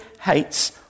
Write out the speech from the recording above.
hates